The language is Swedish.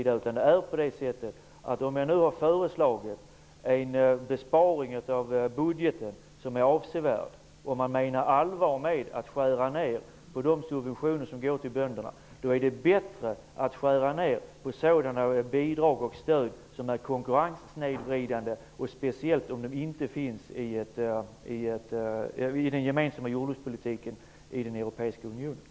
Det är nämligen på det sättet att om jag nu föreslår en avsevärd besparing i budgeten och om man menar allvar med att skära ned på de subventioner som går till bönderna, då är det bättre att skära ned på sådana bidrag och sådant stöd som är konkurrenssnedvridande, speciellt om de inte förekommer i den gemensamma jordbrukspolitiken i den europeiska unionen.